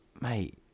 Mate